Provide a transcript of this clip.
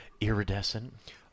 iridescent